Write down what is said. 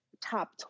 top